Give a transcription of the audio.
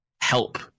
help